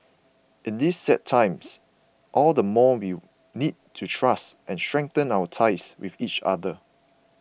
in these sad times all the more we'll need to trust and strengthen our ties with each other